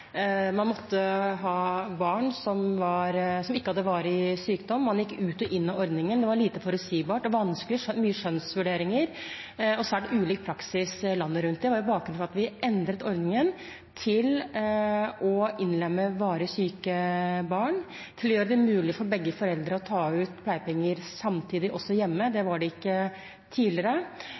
Man måtte ha barn som ikke hadde varig sykdom, man gikk ut og inn av ordningen, det var lite forutsigbart, det var vanskelig, med mange skjønnsvurderinger, og det var svært ulik praksis landet rundt. Det var bakgrunnen for at vi endret ordningen til å innlemme varig syke barn, og til å gjøre det mulig for begge foreldre å ta ut pleiepenger samtidig, også hjemme. Det var det ikke tidligere.